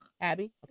Abby